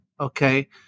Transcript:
Okay